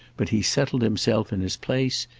but he settled himself in his place.